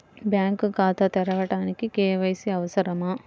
Bank ఖాతా తెరవడానికి KYC అవసరమా?